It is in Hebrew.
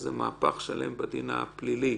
שזה מהפך שלם בדין הפלילי,